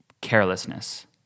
carelessness